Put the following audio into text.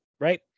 Right